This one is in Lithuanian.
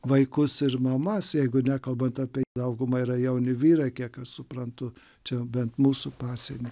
vaikus ir mamas jeigu nekalbant apie dauguma yra jauni vyrai kiek aš suprantu čia jau bent mūsų pasieny